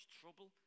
trouble